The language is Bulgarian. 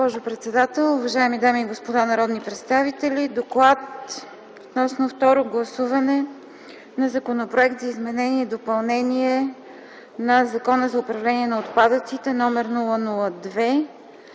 МИХАЙЛОВА: Госпожо председател, уважаеми дами и господа народни представители! „ДОКЛАД относно второ гласуване на Законопроект за изменение и допълнение на Закона за управление на отпадъците, №